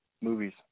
movies